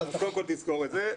קודם כל תזכור את זה.